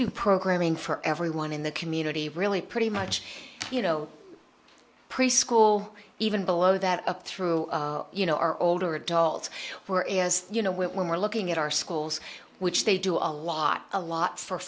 do programming for everyone in the community really pretty much you know preschool even below that up through you know our older adults were as you know we're looking at our schools which they do a lot a lot for